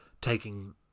taking